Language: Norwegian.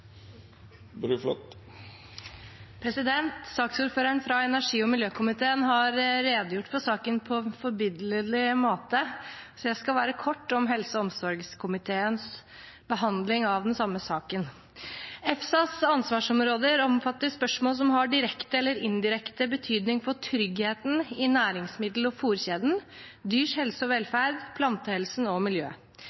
Saksordføreren fra energi- og miljøkomiteen har redegjort for saken på en forbilledlig måte, så jeg skal være kort om helse- og omsorgskomiteens behandling av den samme saken. EFSAs ansvarsområder omfatter spørsmål som har direkte eller indirekte betydning for tryggheten i næringsmiddel- og fôrkjeden, dyrs helse og